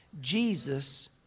Jesus